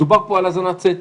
מדובר פה על האזנת סתר.